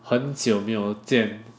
很久没有见